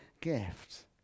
gift